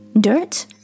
Dirt